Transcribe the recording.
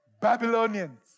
Babylonians